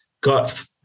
got